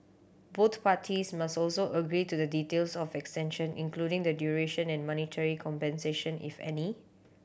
both parties must also agree to the details of extension including the duration and monetary compensation if any